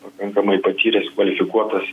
pakankamai patyręs kvalifikuotas